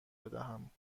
بدهم